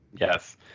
Yes